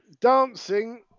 dancing